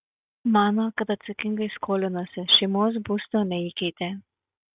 mano kad atsakingai skolinosi šeimos būsto neįkeitė